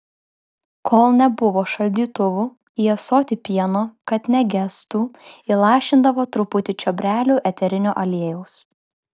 kol nebuvo šaldytuvų į ąsotį pieno kad negestų įlašindavo truputį čiobrelių eterinio aliejaus